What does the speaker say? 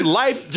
life